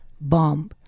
bomb